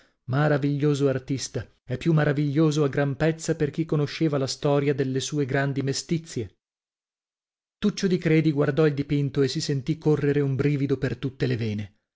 maraviglioso artista e più maraviglioso a gran pezza per chi conosceva la storia delle sue grandi mestizie tuccio di credi guardò il dipinto e si sentì correre un brivido per tutte le vene